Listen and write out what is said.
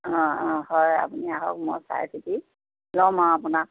হয় আপুনি আহক মই চাই চিতি ল'ম আৰু আপোনাক